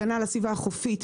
הגנה על הסביבה החופית,